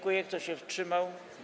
Kto się wstrzymał?